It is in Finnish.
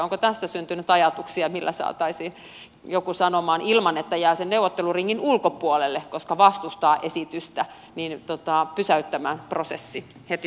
onko tästä syntynyt ajatuksia millä saataisiin joku sanomaan ilman että jää sen neuvotteluringin ulkopuolelle koska vastustaa esitystä pysäyttämään prosessi heti tykkänään